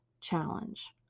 challenge